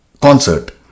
concert